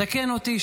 תקן אותי,